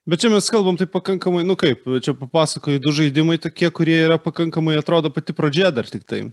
bet čia mes kalbam taip pakankamai nu kaip čia papasakojai du žaidimai tokie kurie yra pakankamai atrodo pati pradžia dar tiktai